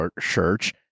church